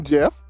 Jeff